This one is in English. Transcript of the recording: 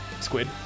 squid